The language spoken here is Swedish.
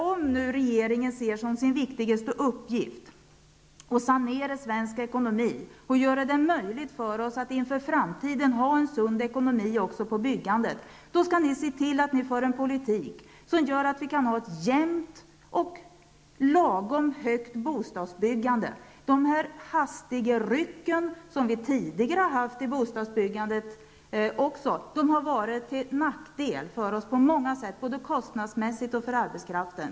Om regeringen ser som sin viktigaste uppgift att sanera svensk ekonomi och göra det möjligt för oss att inför framtiden ha en sund ekonomi också i fråga om byggandet, skall regeringen se till att föra en politik som gör att vi kan ha ett jämnt och lagom högt bostadsbyggande. De hastiga ryck som vi tidigare haft i bostadsbyggandet har varit till nackdel på många sätt både kostnadsmässigt och för arbetskraften.